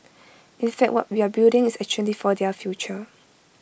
in fact what we are building is actually for their future